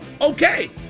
okay